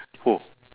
oh